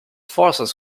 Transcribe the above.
forces